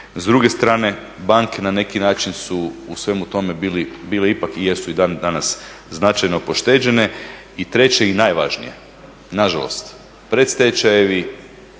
s druge strane banke na neki način su u svemu tome bile ipak i jesu dan danas značajno pošteđene. I treće i najvažnije, nažalost, predstečajevi,